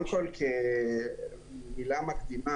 קודם כל, מילה מקדימה.